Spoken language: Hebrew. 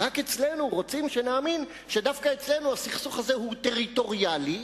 רק רוצים שנאמין שדווקא אצלנו הסכסוך הזה הוא טריטוריאלי,